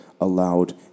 allowed